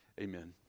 Amen